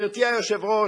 גברתי היושבת-ראש,